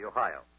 Ohio